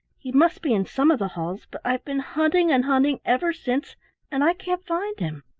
he must be in some of the halls, but i've been hunting and hunting ever since and i can't find him.